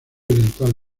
oriental